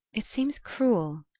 it seems cruel,